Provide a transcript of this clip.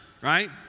right